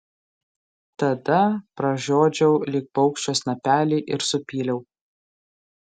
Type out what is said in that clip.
tada pražiodžiau lyg paukščio snapelį ir supyliau